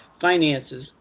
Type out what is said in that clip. finances